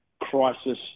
crisis